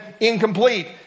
incomplete